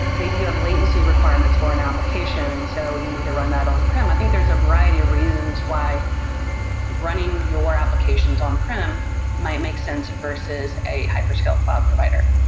maybe you have latency requirements for an application, and so you need to run that on-prem. i think there're a variety of reasons why running your applications on-prem might make sense versus a hyperscale cloud provider.